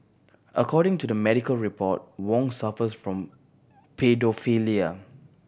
according to the medical report Wong suffers from paedophilia